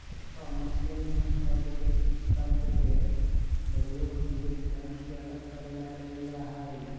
commercial bank पद के शब्द के प्रयोग निवेश बैंक से अलग करे ला कइल जा हई